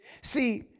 See